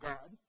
God